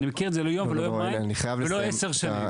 אני מכיר את זה לא יום, לא יומיים ולא עשר שנים.